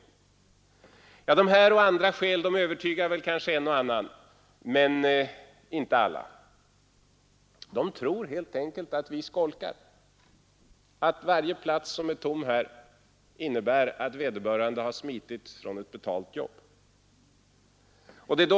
Dessa och andra skäl övertygar väl en och annan men inte alla. De tror helt enkelt att vi skolkar, att varje plats som är tom i kammaren innebär att vederbörande har smitit från ett betalt jobb.